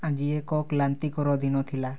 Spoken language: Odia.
ଆଜି ଏକ କ୍ଳାନ୍ତିକର ଦିନ ଥିଲା